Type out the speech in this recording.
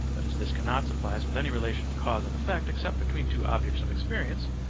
but as this cannot supply us with any relation of cause and effect except between two objects of experience,